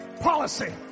policy